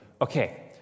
okay